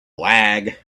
lag